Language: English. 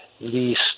least